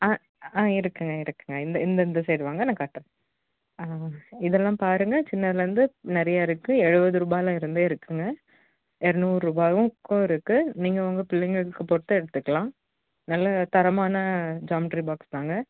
ஆ ஆ இருக்குதுங்க இருக்குதுங்க இந்த இந்த இந்த சைடு வாங்க நான் காட்டுறேன் ஆ இதெல்லாம் பாருங்க சின்னதிலருந்து நிறையா இருக்குது எழுபது ரூபாலிருந்தே இருக்குதுங்க இரநூறு ரூபாய்க்கும் இருக்குது நீங்கள் உங்கள் பிள்ளைங்களுக்கு பொறுத்து எடுத்துக்கலாம் நல்ல தரமான ஜாமண்ட்ரி பாக்ஸ் தாங்க